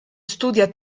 studia